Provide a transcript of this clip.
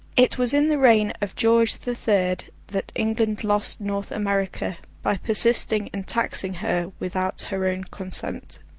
it was in the reign of george the third that england lost north america, by persisting in taxing her without her own consent.